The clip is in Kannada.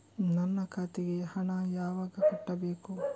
ನನ್ನ ಖಾತೆಗೆ ಹಣ ಯಾವಾಗ ಕಟ್ಟಬೇಕು?